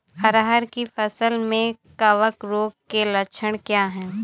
अरहर की फसल में कवक रोग के लक्षण क्या है?